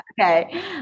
Okay